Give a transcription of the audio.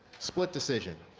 so what decision?